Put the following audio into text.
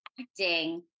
acting